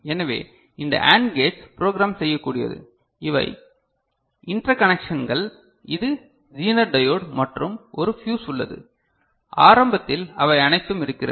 எனவே இந்த AND gates program செய்யக்கூடியது இவை இண்டர்கனேக்ஷன்கள் இது ஜீனர் டையோடு மற்றும் ஒரு ஃபியுஸ் உள்ளது ஆரம்பத்தில் அவை அனைத்தும் இருக்கிறது